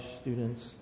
students